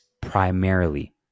primarily